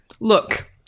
Look